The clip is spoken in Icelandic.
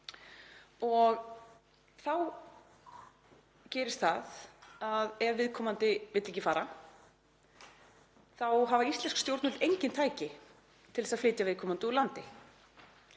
og þá gerist það, ef viðkomandi vill ekki fara, að íslensk stjórnvöld hafa engin tæki til að flytja viðkomandi úr landi.